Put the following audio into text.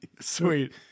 Sweet